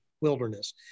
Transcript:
wilderness